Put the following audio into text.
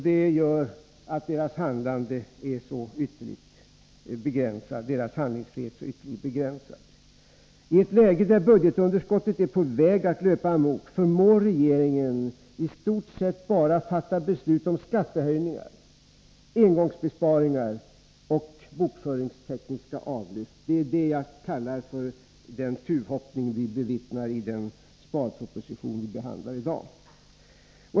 Det gör att deras handlingsfrihet är så ytterligt begränsad. I ett läge där budgetunderskottet är på väg att löpa amok förmår regeringenistort sett bara att fatta beslut om skattehöjningar, engångsbesparingar och bokföringstekniska avlyft. Det är detta jag kallar för den tuvhoppning vi bevittnar i den sparproposition vi behandlar i dag.